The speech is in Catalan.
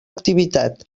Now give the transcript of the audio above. activitat